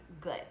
good